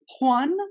Juan